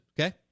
okay